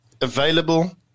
available